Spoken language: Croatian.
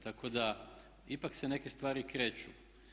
Tako da ipak se neke stvari kreću.